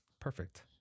perfect